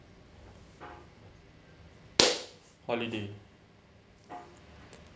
holiday